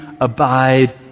abide